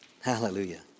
Hallelujah